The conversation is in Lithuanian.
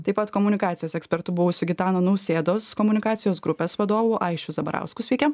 taip pat komunikacijos ekspertu buvusiu gitano nausėdos komunikacijos grupės vadovu aisčiu zabarausku sveiki